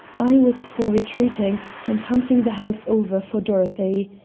i was for retreating and hunting the house over for dorothy.